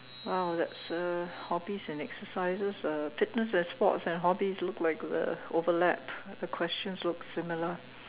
!wow! that's a hobbies and exercises uh fitness and sports and hobbies look like uh overlap the questions look similar